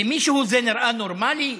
למישהו זה נראה נורמלי?